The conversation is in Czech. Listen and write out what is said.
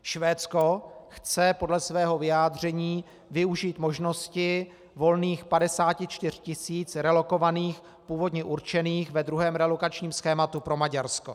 Švédsko chce podle svého vyjádření využít možnosti volných 54 tisíc relokovaných, původně určených ve druhém relokačním schématu pro Maďarsko.